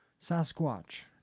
Sasquatch